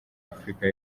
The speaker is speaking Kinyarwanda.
afurika